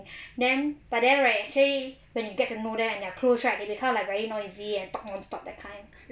then but then right actually when you get to know them and you're close right they become like very noisy and talk non stop that kind